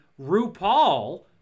RuPaul